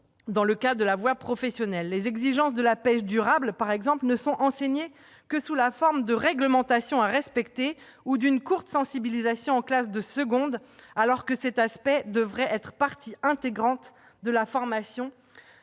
dans le cas de la voie professionnelle. Par exemple, les exigences de la pêche durable ne sont enseignées que sous la forme de réglementations à respecter ou d'une courte sensibilisation en classe de seconde, alors que cette dimension devrait faire partie intégrante de la formation,